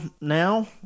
now